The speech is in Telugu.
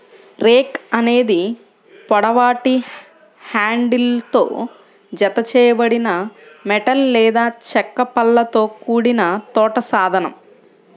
రేక్ అనేది పొడవాటి హ్యాండిల్తో జతచేయబడిన మెటల్ లేదా చెక్క పళ్ళతో కూడిన తోట సాధనం